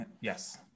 yes